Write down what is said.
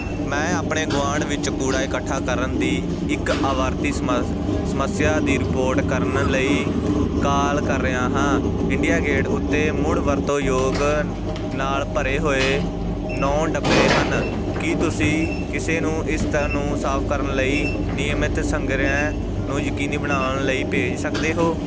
ਮੈਂ ਆਪਣੇ ਗੁਆਂਢ ਵਿੱਚ ਕੂੜਾ ਇਕੱਠਾ ਕਰਨ ਦੀ ਇੱਕ ਆਵਰਤੀ ਸਮ ਸਮੱਸਿਆ ਦੀ ਰਿਪੋਰਟ ਕਰਨ ਲਈ ਕਾਲ ਕਰ ਰਿਹਾ ਹਾਂ ਇੰਡੀਆ ਗੇਟ ਉੱਤੇ ਮੁੜ ਵਰਤੋਂ ਯੋਗ ਨਾਲ ਭਰੇ ਹੋਏ ਨੌਂ ਡੱਬੇ ਹਨ ਕੀ ਤੁਸੀਂ ਕਿਸੇ ਨੂੰ ਇਸ ਨੂੰ ਸਾਫ਼ ਕਰਨ ਅਤੇ ਨਿਯਮਤ ਸੰਗ੍ਰਹਿ ਨੂੰ ਯਕੀਨੀ ਬਣਾਉਣ ਲਈ ਭੇਜ ਸਕਦੇ ਹੋ